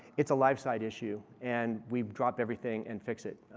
it's a life side issue. and we drop everything and fix it.